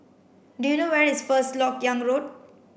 do you know where is First Lok Yang Road